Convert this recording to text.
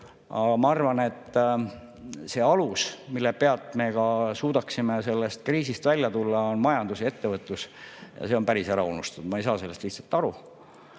ma arvan, et see alus, mille pealt me suudaksime sellest kriisist välja tulla, on majandus ja ettevõtlus. Aga see on päris ära unustatud. Ma ei saa sellest lihtsalt aru.